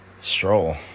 stroll